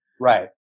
Right